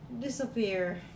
disappear